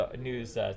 news